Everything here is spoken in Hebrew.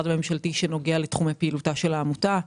הממשלתי שנוגע לתחומי פעילותה של העמותה.